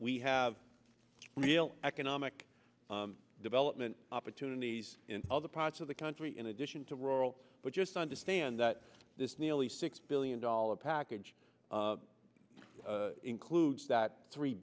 we have real economic development opportunities in other parts of the country in addition to rural but just understand that this nearly six billion dollars package includes that three